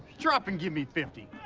drop and give me fifty.